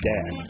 Dad